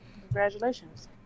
Congratulations